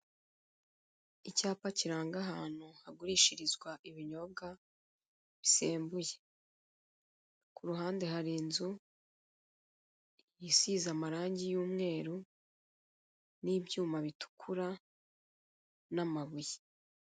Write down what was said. Icyapa kiranga ahantu hagurishirizwa ibinyobwa bisembuye. Kuruhande hari inzu isize amarangi y'umweru n'ibyuma bitukura, n'amabuye.